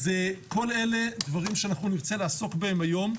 כל אלה דברים שאנחנו נרצה לעסוק בהם היום.